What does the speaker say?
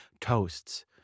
toasts